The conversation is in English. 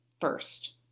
first